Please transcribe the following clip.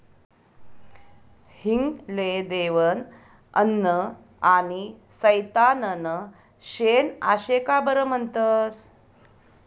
हिंग ले देवनं अन्न आनी सैताननं शेन आशे का बरं म्हनतंस?